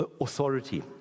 authority